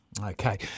Okay